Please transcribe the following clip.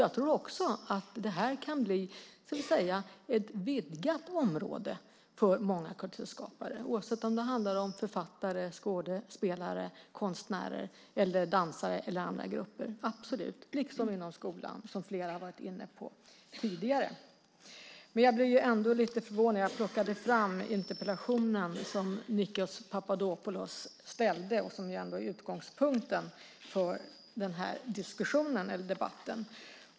Jag tror också att detta kan bli ett vidgat område för många kulturskapare, oavsett om det handlar om författare, skådespelare, konstnärer, dansare eller andra grupper. Det gäller också inom skolan, som flera har varit inne på tidigare. Jag plockade fram den interpellation som Nikos Papadopoulos ställde och som är utgångspunkten för den här diskussionen.